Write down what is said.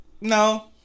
No